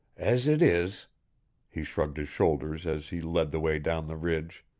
as it is he shrugged his shoulders as he led the way down the ridge